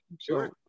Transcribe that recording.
Sure